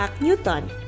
newton